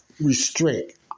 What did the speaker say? restrict